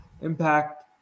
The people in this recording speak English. Impact